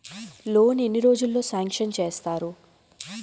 Loan ఎన్ని రోజుల్లో sanction చేస్తారు?